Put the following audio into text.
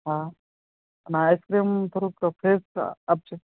હા અને આઇસ્ક્રીમ થોડુંક ફ્રેશ આપજો